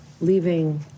leaving